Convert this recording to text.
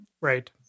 Right